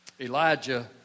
Elijah